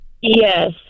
yes